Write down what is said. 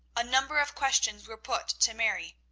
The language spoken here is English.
a number of questions were put to mary,